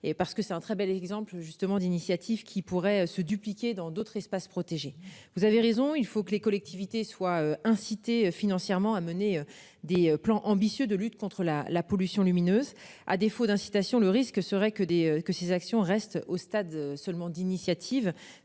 et parce que c'est un très bel exemple justement d'initiatives qui pourraient se dupliquer dans d'autres espaces protégés. Vous avez raison, il faut que les collectivités soient incités financièrement à mener des plans ambitieux de lutte contre la la pollution lumineuse. À défaut d'incitation, le risque serait que des, que ces actions restent au stade seulement d'initiative